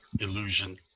illusion